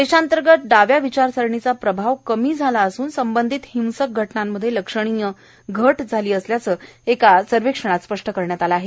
देशांतर्गत डाव्या विचार सरणीचा प्रभाव कमी झाला असून संबंधित हिंसक घटनांमध्ये लक्षणीय घट झाली असल्याचं एका सर्वेक्षणात स्पष्ट झालं आहे